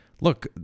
look